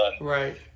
Right